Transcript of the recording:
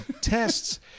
tests